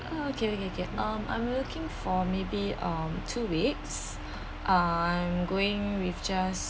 okay ~ K ~ K ~ K um I'm looking for maybe um two weeks I'm going with just